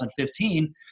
2015